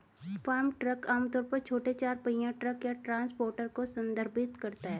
farm truck आम तौर पर छोटे चार पहिया ट्रक या ट्रांसपोर्टर को संदर्भित करता है